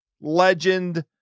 legend